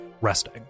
resting